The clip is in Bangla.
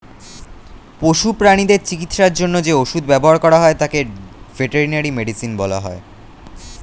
পশু প্রানীদের চিকিৎসার জন্য যে ওষুধ ব্যবহার করা হয় তাকে ভেটেরিনারি মেডিসিন বলা হয়